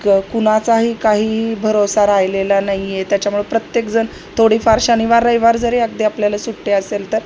क कुणाचाही काहीही भरोसा राहिलेला नाहीये त्याच्यामुळे प्रत्येकजण थोडीफार शनिवार रविवार जरी अगदी आपल्याला सुट्टी असेल तर